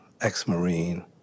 ex-Marine